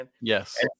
yes